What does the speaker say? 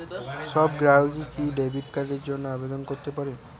সব গ্রাহকই কি ডেবিট কার্ডের জন্য আবেদন করতে পারে?